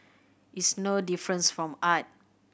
it's no difference from art